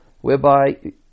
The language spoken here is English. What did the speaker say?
whereby